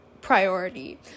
priority